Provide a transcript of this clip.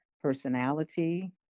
personality